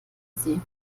sie